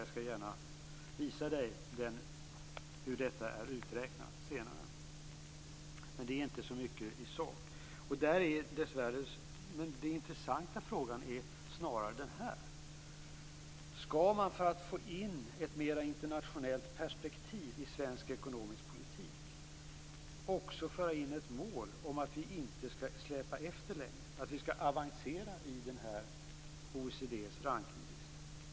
Jag skall gärna visa honom hur detta är uträknat senare, men det är inte mycket att säga om det i sak. Den intressanta frågan är snarare den här: Skall man, för att få in ett mer internationellt perspektiv i svensk ekonomisk politik, också föra in som ett mål att vi inte längre skall släpa efter utan avancera på OECD:s rankningslista?